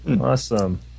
Awesome